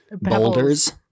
Boulders